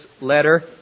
letter